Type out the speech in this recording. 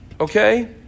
okay